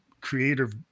creative